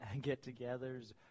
get-togethers